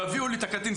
תביאו לי את הקטין,